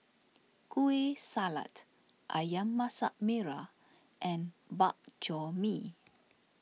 Kueh Salat Ayam Masak Merah and Bak Chor Mee